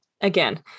again